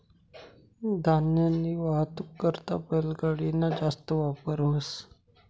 धान्यनी वाहतूक करता बैलगाडी ना जास्त वापर व्हस